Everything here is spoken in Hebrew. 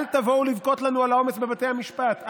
אל תבואו לבכות לנו על העומס בבתי המשפט,